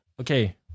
Okay